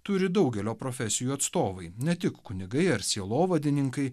turi daugelio profesijų atstovai ne tik kunigai ar sielovadininkai